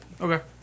Okay